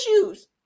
issues